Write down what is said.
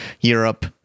europe